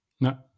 No